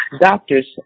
Doctors